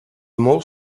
molt